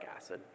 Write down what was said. acid